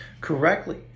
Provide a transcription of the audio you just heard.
correctly